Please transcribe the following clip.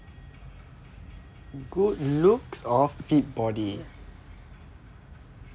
ya